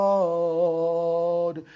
Lord